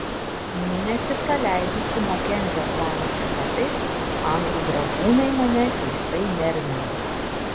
mėnesį praleidus su makenzio klano škotais anglų dragūnai mane keistai nervino